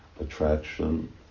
attraction